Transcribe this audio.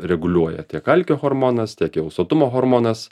reguliuoja tiek alkio hormonas tiek jau sotumo hormonas